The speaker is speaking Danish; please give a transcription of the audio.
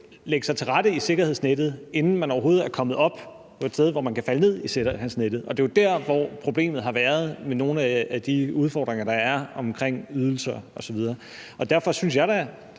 lægge sig til rette i sikkerhedsnettet, inden man overhovedet er kommet op til et sted, hvor man kan falde ned i sikkerhedsnettet – og det er der, problemet har været ved nogle af de udfordringer, der er omkring ydelser osv. Derfor synes jeg da,